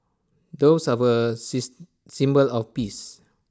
doves are A says symbol of peace